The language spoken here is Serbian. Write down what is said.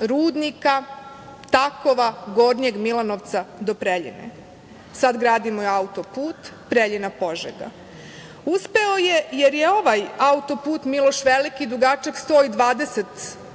Rudnika, Takova, Gornjeg Milanovca do Preljine. Sada gradimo i autoput Preljina-Požega. Uspeo je jer je ovaj autoput „Miloš Veliki“ dugačak 120 km